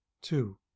Two